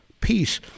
peace